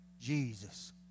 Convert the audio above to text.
Jesus